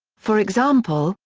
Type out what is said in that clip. for example,